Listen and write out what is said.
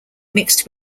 mixed